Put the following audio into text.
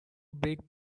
break